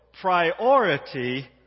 priority